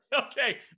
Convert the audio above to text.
Okay